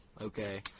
okay